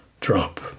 drop